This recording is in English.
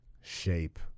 shape